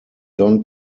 don